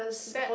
that